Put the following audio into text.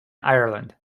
ireland